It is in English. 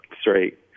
straight